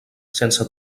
sense